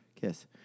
Kiss